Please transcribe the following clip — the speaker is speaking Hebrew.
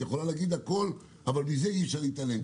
את יכולה להגיד הכול אבל מזה אי אפשר להתעלם.